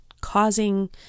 causing